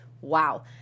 Wow